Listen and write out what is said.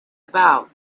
about